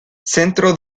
centro